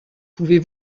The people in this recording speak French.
pouvez